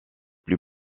plus